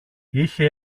είχε